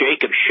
Jacob